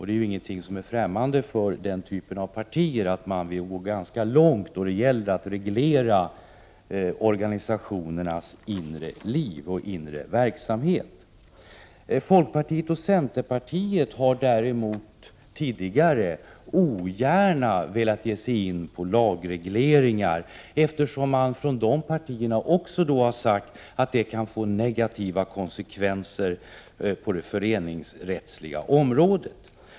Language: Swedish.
Det är ingenting som är främmande för detta slags partier, där man vill gå ganska långt då det gäller att reglera organisationernas inre liv och inre verksamhet. Folkpartiet och centerpartiet har däremot tidigare ogärna velat ge sig in på lagregleringar, eftersom man från dessa partier också har sagt att det kan få negativa konsekvenser på det föreningsrättsliga området.